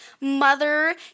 Mother